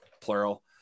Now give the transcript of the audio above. plural